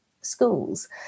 schools